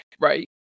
Right